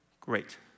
Great